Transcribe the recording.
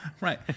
right